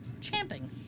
Champing